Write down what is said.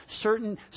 certain